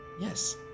Yes